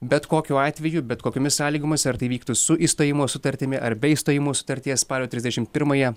bet kokiu atveju bet kokiomis sąlygomis ar tai vyktų su išstojimo sutartimi ar be išstojimo sutarties spalio trisdešim pirmąją